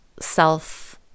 self